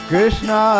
Krishna